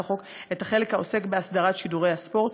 החוק את החלק העוסק באסדרת שידורי הספורט,